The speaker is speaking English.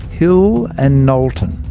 hill and knowlton.